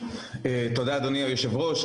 תודה אדוני היושב-ראש.